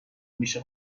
میشه